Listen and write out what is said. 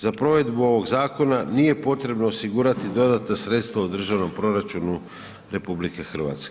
Za provedbu ovog zakona nije potrebno osigurati dodatna sredstva u Državnom proračunu RH.